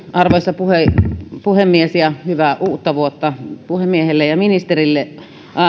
arvoisa puhemies hyvää uutta vuotta puhemiehelle ja ministerille